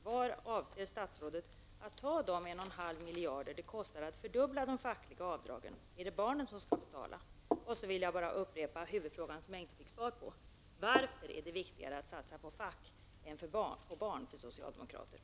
Varifrån avser statsrådet att ta de 1,5 miljarder det kostar att fördubbla de fackliga avdragen? Är det barnen som skall få betala? Jag vill också upprepa huvudfrågan som jag inte fick svar på: Varför är det viktigare för socialdemokraterna att satsa på fackföreningar än på barn?